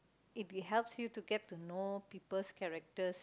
if it helps you to get to know people characters